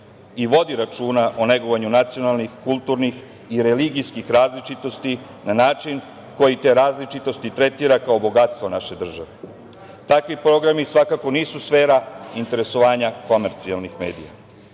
i vodi računa o negovanju nacionalnih, kulturnih i religijskih različitosti na način koji te različitosti tretira kao bogatstvo naše države. Takvi programi svakako nisu sfera interesovanja komercijalnih medija. Javni